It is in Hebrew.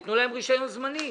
תנו להם רישיון זמני.